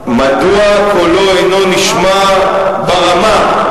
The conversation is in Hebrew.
מדוע קולו אינו נשמע ברמה?